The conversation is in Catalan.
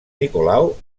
nicolau